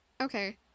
Okay